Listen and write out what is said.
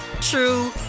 true